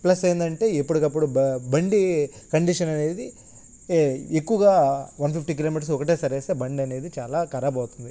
plus ఏందంటే ఎప్పటికప్పుడు బ బండి కండిషన్ అనేది ఎక్కువగా వన్ ఫిఫ్టీ కిలోమీటర్స్ ఒకటే సరేస్తే బడి అనేది చాలా ఖరాబ్ అవుతుంది